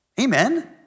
Amen